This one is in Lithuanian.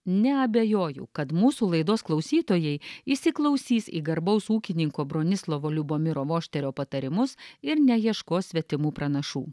neabejoju kad mūsų laidos klausytojai įsiklausys į garbaus ūkininko bronislovo liubomiro vošterio patarimus ir neieškos svetimų pranašų